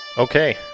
okay